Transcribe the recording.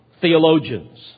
theologians